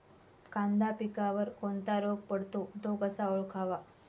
कांदा पिकावर कोणता रोग पडतो? तो कसा ओळखावा?